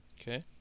okay